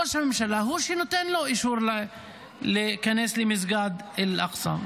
ראש הממשלה הוא שנותן לו אישור להיכנס למסגד אל-אקצא.